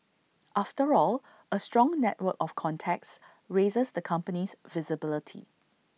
after all A strong network of contacts raises the company's visibility